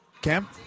cam